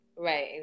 Right